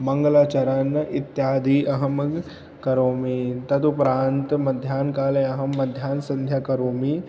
मङ्गलाचरणम् इत्यादि अहं करोमि तदुप्रान्त् मध्याह्नकाले अहं मध्याह्नसन्ध्यां करोमि